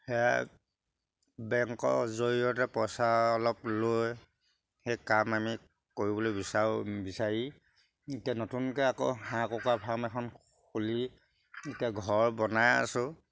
সেয়া বেংকৰ জৰিয়তে পইচা অলপ লৈ সেই কাম আমি কৰিবলৈ বিচাৰোঁ বিচাৰি এতিয়া নতুনকে আকৌ হাঁহ কুকুৰা ফাৰ্ম এখন খুলি এতিয়া ঘৰ বনাই আছোঁ